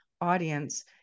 audience